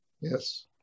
Yes